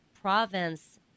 province